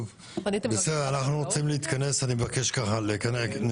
טוב, חברים, אני מבקש להתכנס